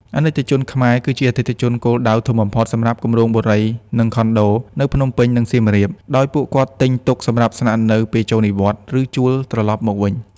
អាណិកជនខ្មែរគឺជាអតិថិជនគោលដៅធំបំផុតសម្រាប់ "គម្រោងបុរី និងខុនដូ" នៅភ្នំពេញ និងសៀមរាប ដោយពួកគាត់ទិញទុកសម្រាប់ស្នាក់នៅពេលចូលនិវត្តន៍ ឬជួលត្រឡប់មកវិញ។